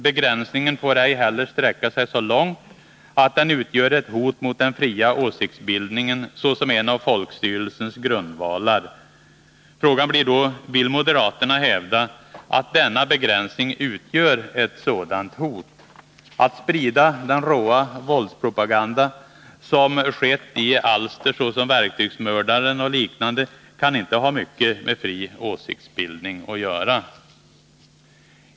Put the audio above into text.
Begränsningen får ”ej heller sträcka sig så långt att den utgör ett hot mot den fria åsiktsbildningen såsom en av folkstyrelsens grundvalar”. Frågan blir: Vill moderaterna hävda att denna begränsning utgör ett sådant hot? Att sprida rå våldspropaganda, vilket sker i alster som Verktygsmördaren och liknande, kan inte ha mycket med fri åsiktsbildning att göra.